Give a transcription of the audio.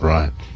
Right